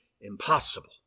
impossible